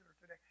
today